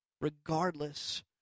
regardless